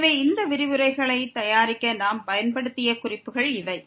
எனவே இந்த விரிவுரைகளை தயாரிக்க நாம் பயன்படுத்திய குறிப்புகள் இவை